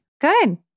Good